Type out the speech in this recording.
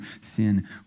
sin